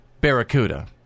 Barracuda